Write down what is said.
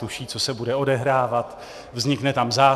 Tuší, co se bude odehrávat, vznikne tam zácpa.